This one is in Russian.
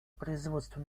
производству